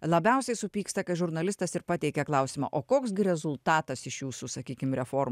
labiausiai supyksta kai žurnalistas ir pateikia klausimą o koks gi rezultatas iš jūsų sakykim refor